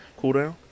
cooldown